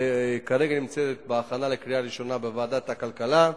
וכרגע נמצאת בהכנה לקריאה ראשונה בוועדת הכלכלה,